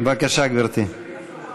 ראש הממשלה,